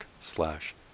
slash